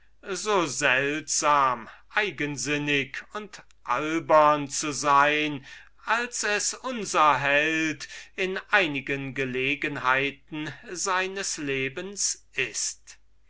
so seltsam so eigensinnig und albern zu sein als es unser held in einigen gelegenheiten seines lebens ist